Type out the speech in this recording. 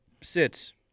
sits